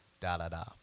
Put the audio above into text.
da-da-da